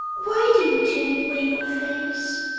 why do you turn away your face